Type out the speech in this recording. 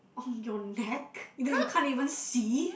on your neck that you can't even see